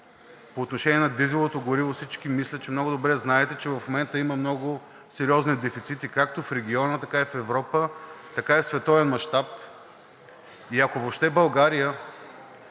По отношение на дизеловото гориво, мисля, че всички много добре знаете, че в момента има много сериозни дефицити както в региона, така и в Европа, така и в световен мащаб и ако въобще България